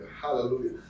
Hallelujah